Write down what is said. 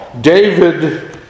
David